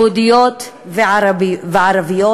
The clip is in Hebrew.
יהודיות וערביות,